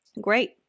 Great